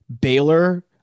Baylor